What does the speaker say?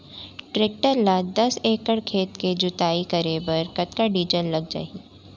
Tractor ले दस एकड़ खेत के जुताई करे बर कतका डीजल लग जाही?